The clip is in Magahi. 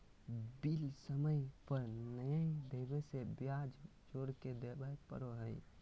बिल समय पर नयय देबे से ब्याज जोर के देबे पड़ो हइ